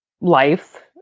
life